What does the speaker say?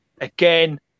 again